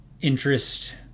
interest